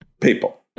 people